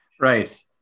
right